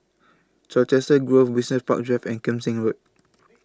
Colchester Grove Business Park Drive and Kim Seng Road